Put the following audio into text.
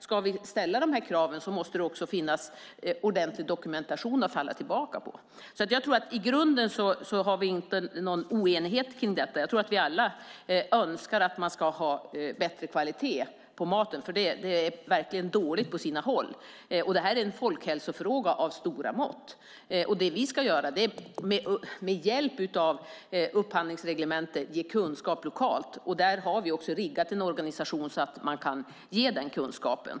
Ska vi ställa de här kraven måste det också finnas ordentlig dokumentation att falla tillbaka på. I grunden tror jag inte att det finns någon oenighet kring detta. Jag tror att vi alla önskar att man ska ha bättre kvalitet på maten, för det är verkligen dåligt på sina håll, och det här är en folkhälsofråga av stora mått. Det vi ska göra är att med hjälp av upphandlingsreglementet ge kunskap lokalt. Där har vi också riggat en organisation så att man kan ge den kunskapen.